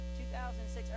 2006